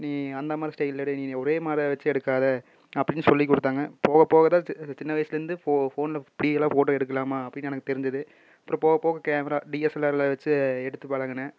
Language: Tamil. நீ அந்த மாதிரி ஸ்டைலில் எடு நீ ஒரே மாரி வெச்சு எடுக்காதே அப்படின்னு சொல்லிக் கொடுத்தாங்க போகப் போக தான் சி சின்ன வயசுலேருந்து ஃபோனில் இப்படியெல்லாம் ஃபோட்டோ எடுக்கலாமா அப்படின்னு எனக்குத் தெரிஞ்சது அப்புறம் போகப் போக கேமரா டிஎஸ்எல்ஆரில் வெச்சு எடுத்து பழகினேன்